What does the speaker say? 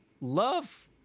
love